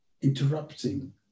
interrupting